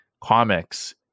comics